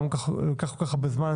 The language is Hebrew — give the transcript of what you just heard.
למה לוקח לזה כל כך הרבה זמן?